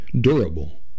durable